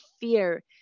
fear